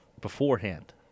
beforehand